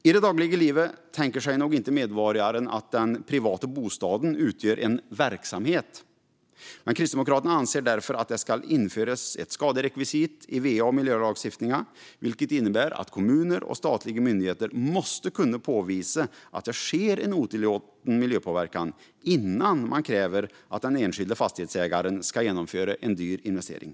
I det dagliga livet tänker sig nog inte medborgaren att den privata bostaden utgör en verksamhet. Kristdemokraterna anser därför att det ska införas ett skaderekvisit i va och miljölagstiftningen, vilket innebär att kommuner och statliga myndigheter måste kunna påvisa att det sker en otillåten miljöpåverkan innan man kräver att den enskilda fastighetsägaren ska genomföra en dyr investering.